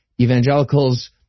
evangelicals